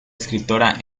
escritora